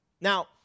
Now